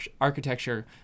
architecture